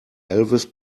elvis